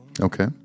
Okay